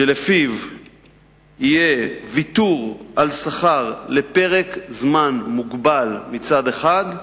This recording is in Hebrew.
שלפיו יהיה ויתור על שכר לפרק זמן מוגבל מצד אחד,